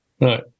Right